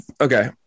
Okay